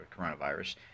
coronavirus